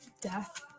Death